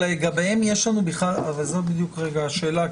זאת בדיוק השאלה.